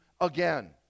again